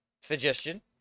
Suggestion